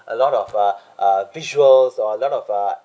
a lot of uh uh visuals or a lot of uh